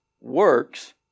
works